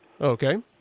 Okay